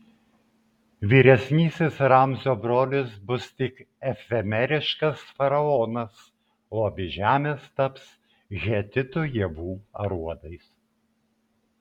vyresnysis ramzio brolis bus tik efemeriškas faraonas o abi žemės taps hetitų javų aruodais